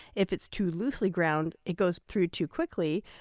if it's too loosely ground, it goes through too quickly,